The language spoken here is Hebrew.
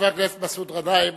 חבר הכנסת מסעוד גנאים.